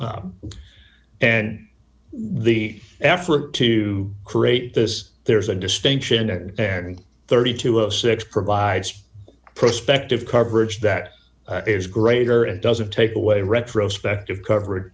and the effort to create this there is a distinction and thirty two of six provides prospective coverage that is greater and doesn't take away retrospectively cover